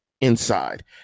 inside